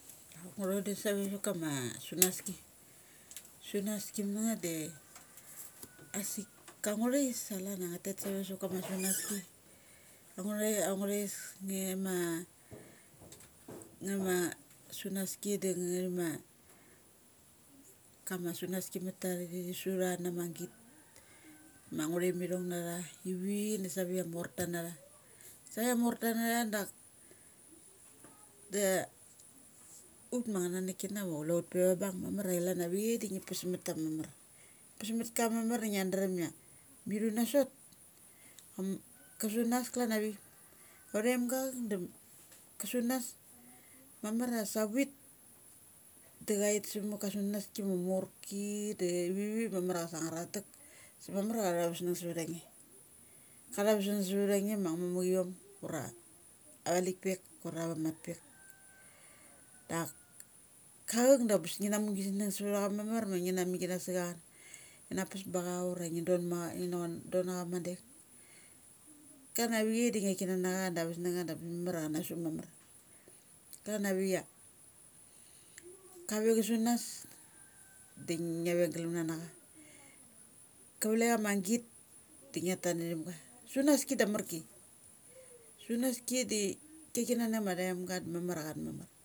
Ngu thodum save sava kama sunaski. Sunas ki mangeth de asik kangu thais sa calana ngatat save sa ma ka sunaski. Da angu thai, ang ngu thais ngi ma nga ma sunaski da ngama, ma kama sunaski mat ta thi su tha namagit ma ngu thaimithong nathaivi masa ve ia morta natha. Sai ia morta natha dak da ut ma achana nuk kina ma chule ut pe va bung, mamar a ngi ian avi chai da ngi pes sa mata mamar. Pe sa maka mamar ngia chrum ia mi thu na sot ku sunas klan avik. Athaim ga achek da ka sun nas mamar a savit da chait sa maka sunas ki ma morki de vivik mamar a cha sangar athctek. Sama mar mara cha tha vusnug savtha nge. Ka tha vusnug savtha nge ma acha mamikiom ura avalikpek ura va mat pek. Dak auk da besngi na mu gis nung savtha cha mamar ma ngi na mik kanasa cha. Ngi na pes ba cha ura ngi nadon ma ngi na don ma cha madeng. Klan avi chai da ngia thik thik kanana cha da ava sung acha da ambes mama a kana su mamar. Klan avik ia kare chu sunas de ngia ve galam nanacha. Ka vlek ama git da ngi a tat na thum ga. Sunaski da amarki. Sunaski di kiki na na nama thaimga da mamar a chan mamar.